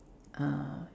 uh